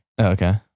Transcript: Okay